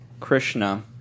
Krishna